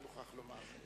אני מוכרח לומר.